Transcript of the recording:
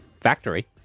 factory